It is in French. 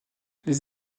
les